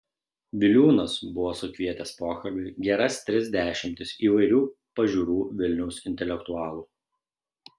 viliūnas buvo sukvietęs pokalbiui geras tris dešimtis įvairių pažiūrų vilniaus intelektualų